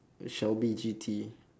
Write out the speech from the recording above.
shelby G_T